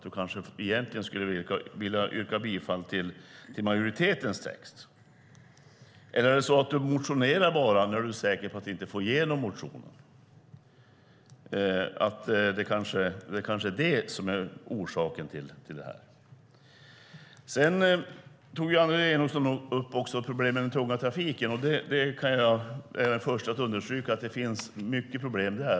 Du kanske egentligen skulle vilja yrka bifall till majoritetens text. Eller är det så att du motionerar bara när du är säker på att inte få igenom motionen? Är kanske det orsaken? Annelie Enochson tog upp problemen med den tunga trafiken. Jag är den förste att understryka att det finns många problem där.